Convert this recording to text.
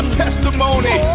testimony